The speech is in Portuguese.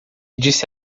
disse